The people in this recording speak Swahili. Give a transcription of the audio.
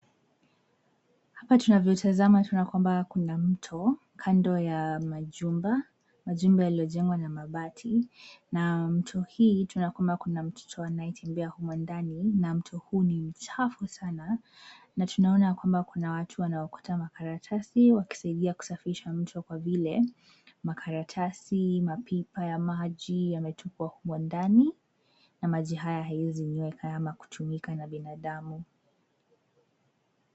Hapa tunavyotazama tunaona kwamba kuna mto kando ya majumba, majumba yaliyojengwa na mabati na mto hii tunaona kwamba kuna mtoto anayetembea humo ndani na mtu huyu ni mchafu sana na tunaona kwamba kuna watu wanaokota makaratasi wakisaidia kusafisha mto kwa vile, makaratasi, mapipa ya maji yametupwa humo ndani na maji haya hayawezi nyweka ama kutumika na binadamu.